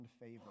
favor